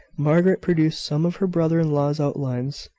margaret produced some of her brother-in-law's outlines,